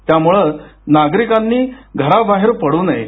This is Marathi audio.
त्यामुळे नागरिकांनी घराबाहेर पडू नये